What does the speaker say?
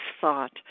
thought